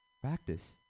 practice